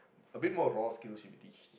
a bit more raw skills should be teach